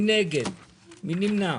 המוצע לאחר "לפני יום המעבר"